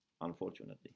unfortunately